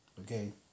Okay